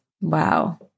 Wow